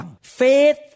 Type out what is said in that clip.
Faith